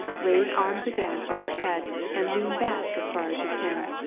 raise arms again over head and lean back as far as you can.